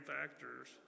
Factors